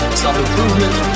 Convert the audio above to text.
self-improvement